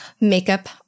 makeup